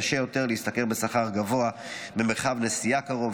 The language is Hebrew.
קשה יותר להשתכר בשכר גבוה במרחב נסיעה קרוב,